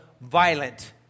violent